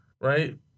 right